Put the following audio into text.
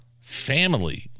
family